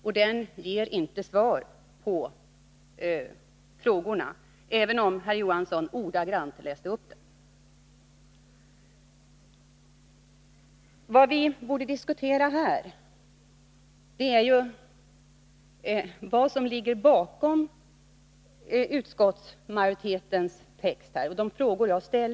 Artikeln ger inte svar på frågorna, även om herr Johansson ordagrant läste upp den. Vad vi borde diskutera här är de frågor som jag har ställt och vad som ligger bakom utskottsmajoritetens text.